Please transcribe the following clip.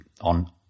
on